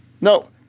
No